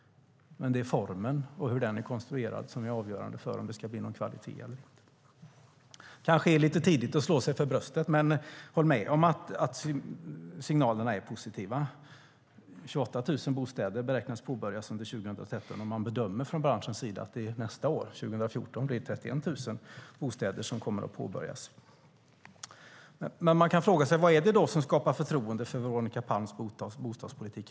Men det är formen och hur den är konstruerad som är avgörande för om det ska bli någon kvalitet eller inte. Det kanske är lite tidigt att slå sig för bröstet, men håll med om att signalerna är positiva. 28 000 bostäder beräknas komma att påbörjas under 2013, och man bedömer från branschens sida att det nästa år, 2014, blir 31 000 bostäder som kommer att påbörjas. Man kan fråga sig: Vad är det då som skapar förtroende för Veronica Palms bostadspolitik?